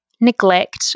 neglect